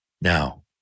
now